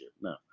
No